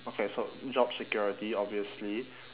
okay so job security obviously